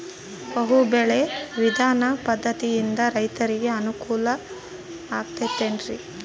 ಬಹು ಬೆಳೆ ವಿಧಾನ ಪದ್ಧತಿಯಿಂದ ರೈತರಿಗೆ ಅನುಕೂಲ ಆಗತೈತೇನ್ರಿ?